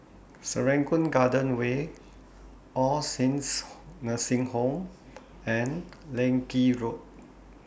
Serangoon Garden Way All Saints Nursing Home and Leng Kee Road